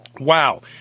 wow